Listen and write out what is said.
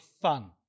fun